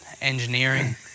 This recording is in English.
engineering